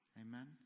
amen